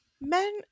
Men